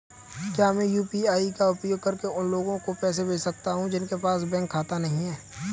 क्या मैं यू.पी.आई का उपयोग करके उन लोगों को पैसे भेज सकता हूँ जिनके पास बैंक खाता नहीं है?